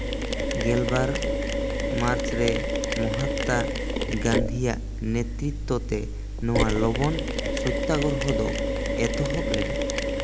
ᱜᱮᱞᱵᱟᱨ ᱢᱟᱨᱪᱨᱮ ᱢᱚᱦᱚᱛᱛᱟ ᱜᱟᱱᱫᱷᱤᱭᱟᱜ ᱱᱮᱛᱨᱤᱛᱛᱚ ᱛᱮ ᱱᱚᱣᱟ ᱞᱚᱵᱚᱱ ᱥᱚᱛᱛᱟᱜᱨᱚᱦᱚ ᱫᱚ ᱮᱛᱚᱦᱚᱵ ᱞᱮᱱᱟ